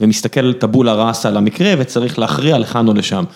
ומסתכל טבולה ראסה על המקרה וצריך להכריע לכאן או לשם.